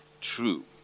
true